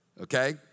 okay